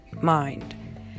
mind